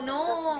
אז נו.